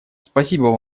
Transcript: спасибо